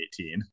2018